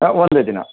ಹಾಂ ಒಂದೆ ದಿನ